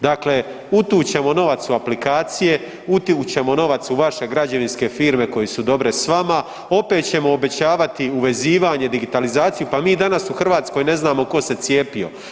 Dakle, utuć ćemo novac u aplikacije, utuć ćemo novac u vaše građevinske firme koje su dobre s vama, opet ćemo obećavati uvezivanje i digitalizaciju, pa mi danas u Hrvatskoj ne znamo ko se cijepio.